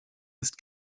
ist